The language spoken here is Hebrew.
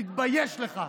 תתבייש לך.